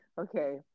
okay